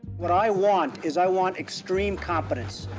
what i want is i want extreme competence.